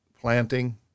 planting